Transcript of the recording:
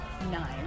nine